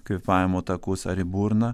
kvėpavimo takus ar į burną